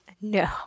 No